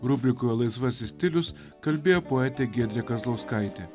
rubrikoje laisvasis stilius kalbėjo poetė giedrė kazlauskaitė